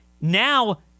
Now